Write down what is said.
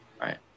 right